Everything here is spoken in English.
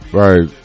right